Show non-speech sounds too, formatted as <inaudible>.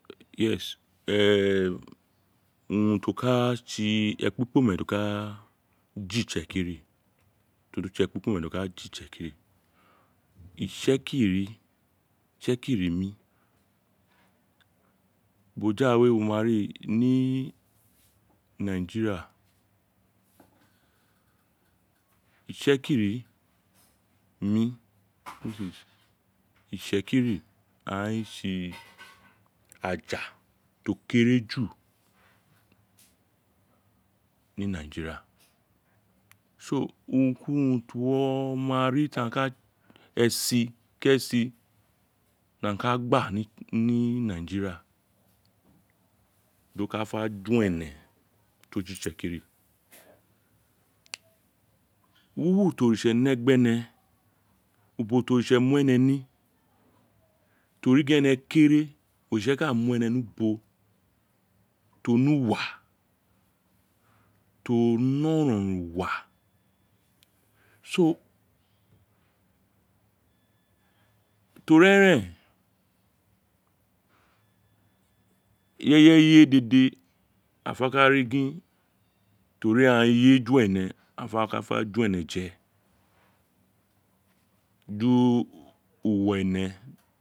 <unintelligible> urun ti o ka tsi ekpi kpome ti o ka ju itsekiri to tsi ekpikpene ti o ka ji itsekiri itse kiri mi boja we wo a ri ni nayira itse kiri mi <unintelligible> itsekiri aghan a tse aja to o kereju ni naijira we <unintelligible> urun kurun tr uwo ma ri tr aghaan <hesitation> esi ki esi tr aghan fe dun ene to tsi itsekiri wuwu tr oritse ne gbr ene ubo ti oritse mu ene ni tori gin ene kere oritse ka mu ene ni ubo tr o ne uwa tr o ne oronron uwa <unintelligible> to ri eren ireye eye dede a fe ka rr gin to ri aghaan ye ju ene a fe ka ju ene je di uwa ene